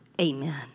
amen